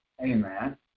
Amen